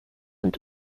and